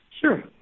Sure